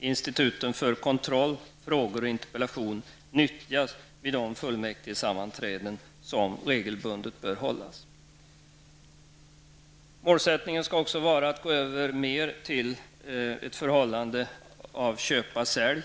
instituten för kontroll, frågor och interpellationer nyttjas vid de fullmäktigesammanträden som regelbundet bör hållas. Målsättningen skall också vara att gå över till mer ''köpa--säljaverksamhet''.